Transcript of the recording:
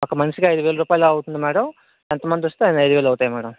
ఒక మనిషికి అయిదు వేలు రూపాయలు అవుతుంది మ్యాడమ్ ఎంత మంది వస్తే అన్ని అయిదు వేలు అవుతాయి మ్యాడమ్